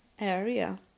area